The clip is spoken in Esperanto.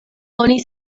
oni